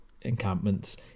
encampments